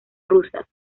rusas